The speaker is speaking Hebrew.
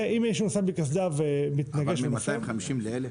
אם מישהו נוסע בלי קסדה ומתנגש במשאית --- אבל מ-250 ל-1,000?